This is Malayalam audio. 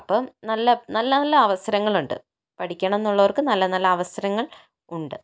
അപ്പോൾ നല്ല നല്ല അവസരങ്ങളുണ്ട് പഠിക്കണം എന്നുള്ളവർക്ക് നല്ല നല്ല അവസരങ്ങൾ ഉണ്ട്